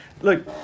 Look